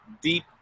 deep